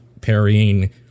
parrying